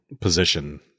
Position